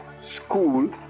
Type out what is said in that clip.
school